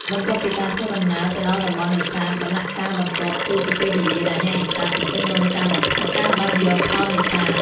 បន្ទាប់ពីការធ្វើដំណើរទៅដល់តំបន់នេសាទ ដំណាក់កាលបន្ទាប់គឺជាពេលវេលាដែលអ្នកនេសាទទន្ទឹងរង់ចាំបំផុត ការដោះយកផលនេសាទ។